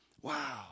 Wow